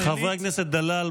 חברי הכנסת דלל,